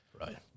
Right